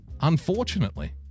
unfortunately